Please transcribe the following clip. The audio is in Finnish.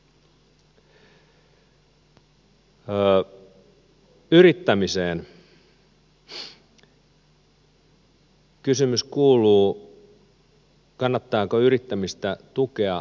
kysymys kuuluu kannattaako yrittämistä tukea vai rankaista